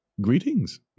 Greetings